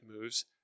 moves